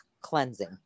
cleansing